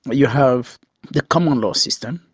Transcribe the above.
but you have the common law system,